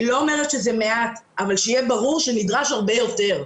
אני לא אומרת שזה מעט אבל שזה יהיה ברור שנדרש הרבה יותר.